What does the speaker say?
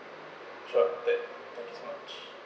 sure then thank you so much